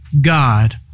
God